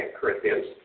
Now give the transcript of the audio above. Corinthians